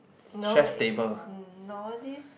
no is no this